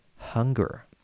hunger